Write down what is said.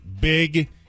big